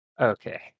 Okay